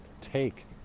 take